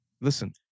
Listen